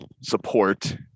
support